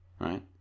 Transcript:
right